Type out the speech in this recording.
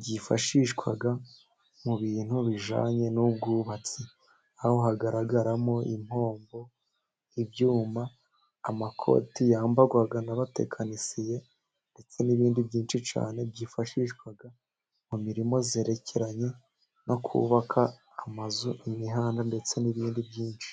byifashishwa mu bintu bijyanye n'ubwubatsi. Aho hagaragaramo impombo, ibyuma, amakoti yambarwa n'abatekinisiye ndetse n'ibindi byinshi cyane byifashishwa mu mirimo yerekeranye no kubaka amazu imihanda ndetse n'ibindi byinshi.